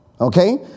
Okay